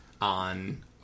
on